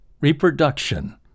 Reproduction